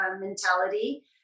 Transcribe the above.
mentality